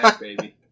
Baby